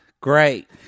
Great